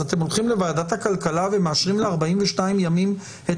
אז אתם הולכים לוועדת הכלכלה ומאשרים ל-42 ימים את